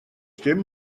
dim